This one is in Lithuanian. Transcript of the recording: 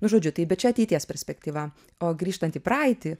nu žodžiu tai bet čia ateities perspektyva o grįžtant į praeitį